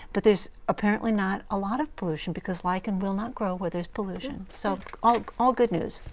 but there is apparently not a lot of pollution because liken will not grow where there is pollution. so all all good news.